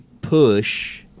push